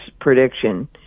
prediction